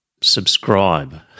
subscribe